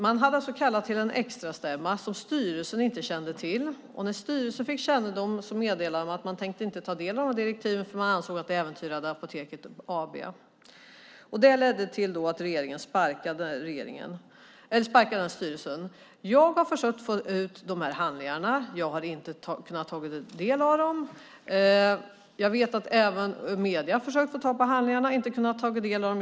Man hade kallat till en extrastämma som styrelsen inte kände till. När styrelsen fick kännedom om detta meddelade man att man inte tänkte ta del av direktiven, för man ansåg att det äventyrade Apoteket AB. Det ledde till att regeringen sparkade styrelsen. Jag har försökt få ut de här handlingarna. Jag har inte kunnat ta del av dem. Jag vet att även medier har försökt få tag på handlingarna men inte kunnat ta del av dem.